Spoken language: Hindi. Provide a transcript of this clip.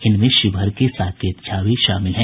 इनमें शिवहर के साकेत झा भी शामिल हैं